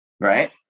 right